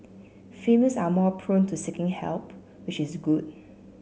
females are more prone to seeking help which is good